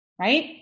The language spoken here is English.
right